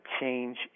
change